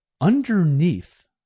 underneath